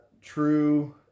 true